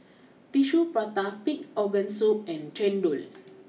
Tissue Prata Pig Organ Soup and Chendol